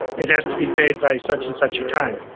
it has to be paid by such and such a time.